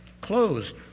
clothes